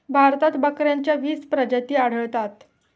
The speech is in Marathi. भारतात बकऱ्यांच्या वीस प्रजाती आढळतात